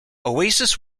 oasis